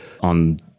on